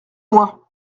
moi